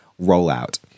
rollout